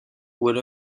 would